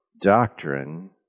doctrine